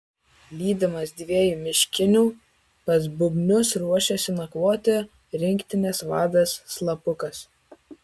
lydimas dviejų miškinių pas bubnius ruošiasi nakvoti rinktinės vadas slapukas